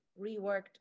reworked